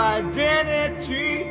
identity